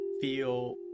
feel